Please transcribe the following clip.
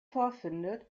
vorfindet